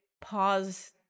pause